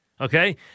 okay